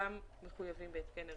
גם הם מחויבים בהתקן ריסון.